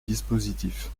dispositif